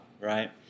right